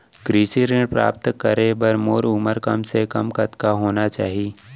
कृषि ऋण प्राप्त करे बर मोर उमर कम से कम कतका होना चाहि?